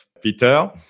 Peter